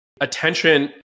attention